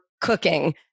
cooking